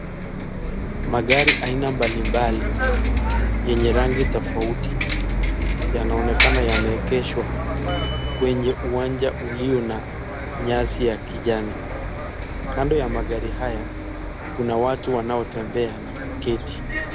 Magari aina mbali mbali yenye rangi tofauti yanaonekana yameegeshwa kwenye uwanja ulio na nyasi ya kijani kando ya magari haya kuna watu wanaotembea na kuketi.